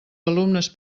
alumnes